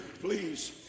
please